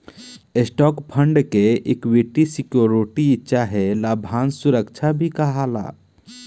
stock fund के equity security चाहे लाभांश सुरक्षा भी कहाला